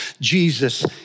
Jesus